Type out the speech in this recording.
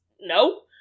No